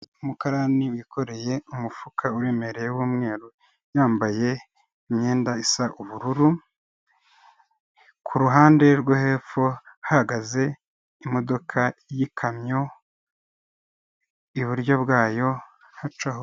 Umukarani wikoreye umufuka uremereye w'umweru, yambaye imyenda isa ubururu, ku ruhande rwo hepfo hahagaze imodoka y'ikamyo, iburyo bwayo hacaho.